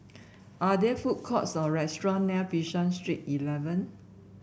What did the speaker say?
are there food courts or restaurant near Bishan Street Eleven